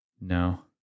no